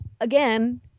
again